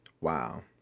Wow